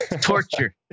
torture